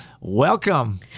welcome